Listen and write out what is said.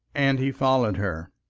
and he followed her.